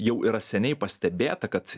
jau yra seniai pastebėta kad